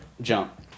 jump